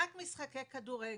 רק משחקי כדורגל.